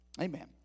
Amen